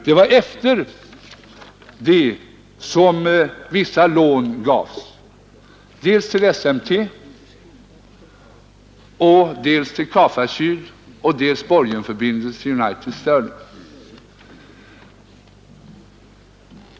Det var efter detta som vissa lån beviljades dels till SMT, dels till KA-FAKyL Dessutom lämnades en borgensförbindelse till United Stirling.